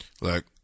look